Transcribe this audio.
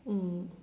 mm